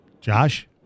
josh